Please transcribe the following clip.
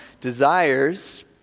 desires